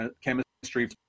chemistry